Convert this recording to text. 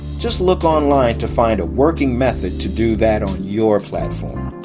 just look online to find a working method to do that on your platform.